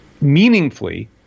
meaningfully